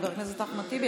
חבר הכנסת אחמד טיבי,